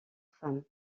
femme